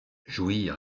jouir